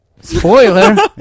Spoiler